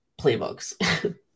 playbooks